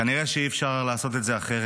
כנראה שאי-אפשר לעשות את זה אחרת,